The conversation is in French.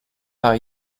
par